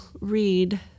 read